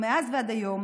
מאז ועד היום